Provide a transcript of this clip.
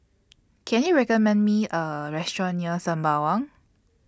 Can YOU recommend Me A Restaurant near Sembawang